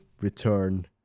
return